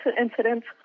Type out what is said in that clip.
incidents